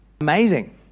Amazing